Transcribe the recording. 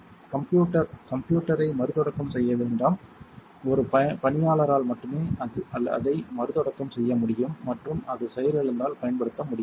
computer கம்ப்யூட்டரை மறுதொடக்கம் செய்ய வேண்டாம் ஒரு பணியாளரால் மட்டுமே அதை மறுதொடக்கம் செய்ய முடியும் மற்றும் அது செயலிழந்தால் பயன்படுத்த முடியாது